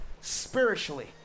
spiritually